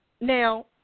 Now